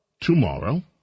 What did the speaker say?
tomorrow